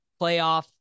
playoff